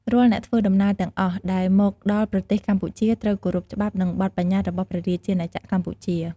រាល់អ្នកធ្វើដំណើរទាំងអស់ដែលមកដល់ប្រទេសកម្ពុជាត្រូវគោរពច្បាប់ និងបទប្បញ្ញត្តិរបស់ព្រះរាជាណាចក្រកម្ពុជា។